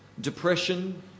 depression